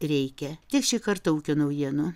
reikia tiek šį kartą ūkio naujienų